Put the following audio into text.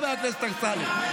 חבר הכנסת אמסלם.